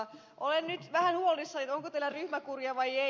olen nyt vähän huolissani onko teillä ryhmäkuria vai ei